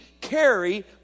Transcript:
carry